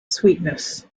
sweetness